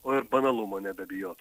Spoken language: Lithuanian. o ir banalumo nebebijot